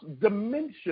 dimension